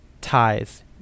ties